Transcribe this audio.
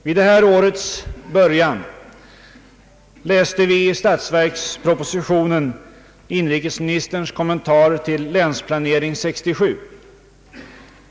Vid det här årets början läste vi i statsverkspropositionen = inrikesministerns kommentar till Länsplanering 67.